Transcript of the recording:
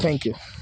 thank you